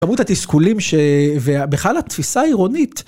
כמות התסכולים שבכלל התפיסה העירונית